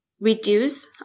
reduce